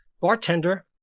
bartender